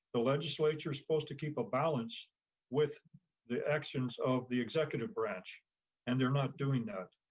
the legislature is supposed to keep a balance with the actions of the executive branch and they're not doing that.